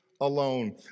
alone